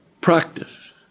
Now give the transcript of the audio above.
practice